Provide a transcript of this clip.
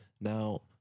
Now